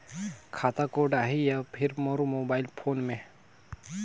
खाता कोड आही या फिर मोर मोबाइल फोन मे?